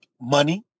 money